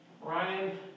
Ryan